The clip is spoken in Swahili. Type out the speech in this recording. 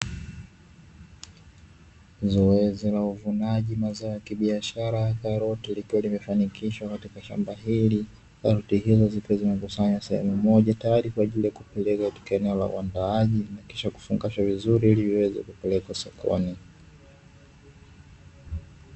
Zoezi la uvunaji mazao ya kibiashara ya karoti, likiwa limefanikishwa katika shamba hili. Karoti hizo zikiwa zimekusanywa sehemu moja, tayari kwa ajili ya kupelekwa katika eneo la uandaaji na kisha kufungashwa vizuri ili liweze kupelekwa sokoni.